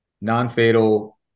non-fatal